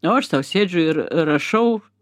o aš sau sėdžiu ir rašau